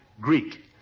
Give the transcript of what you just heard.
Greek